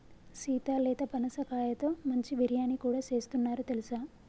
సీత లేత పనసకాయతో మంచి బిర్యానీ కూడా సేస్తున్నారు తెలుసా